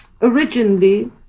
originally